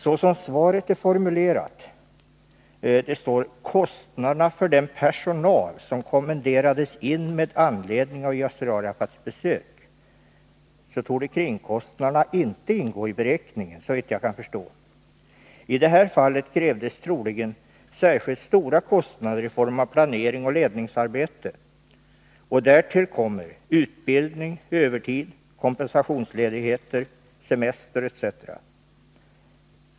Såsom svaret är formulerat — det står: ”kostnaderna för den personal som kommenderades in med anledning av Yasser Arafats besök” — torde kringkostnaderna inte ingå i beräkningen, såvitt jag kan förstå. I det här fallet krävdes troligen särskilt stora kostnader i form av planering och ledningsarbete. Därtill kommer utbildning, övertid, kompensationsledighet, semester etc.